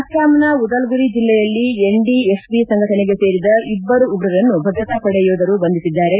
ಅಸ್ಲಾಂನ ಉದಲ್ಗುರಿ ಜಿಲ್ಲೆಯಲ್ಲಿ ಎನ್ಡಿಎಫ್ಬಿ ಸಂಘಟನೆಗೆ ಸೇರಿದ ಇಬ್ಬರು ಉಗ್ರರನ್ನು ಭದ್ರತಾಪಡೆ ಯೋಧರು ಬಂಧಿಸಿದ್ದಾರೆ